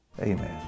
Amen